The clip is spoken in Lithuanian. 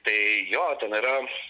tai jo ten yra